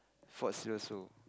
Fort Siloso